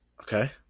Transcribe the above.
Okay